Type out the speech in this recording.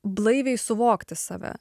blaiviai suvokti save